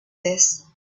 this